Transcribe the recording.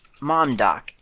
momdoc